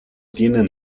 tienen